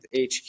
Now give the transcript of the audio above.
HQ